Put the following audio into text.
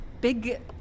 big